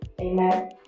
Amen